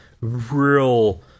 real